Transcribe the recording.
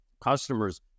customers